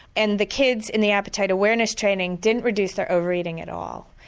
and the kids in the appetite awareness training didn't reduce their overeating at all,